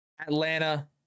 Atlanta